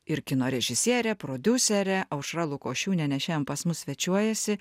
ir kino režisierė prodiuserė aušra lukošiūnienė šiandien pas mus svečiuojasi